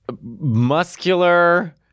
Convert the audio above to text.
muscular